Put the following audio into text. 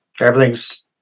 everything's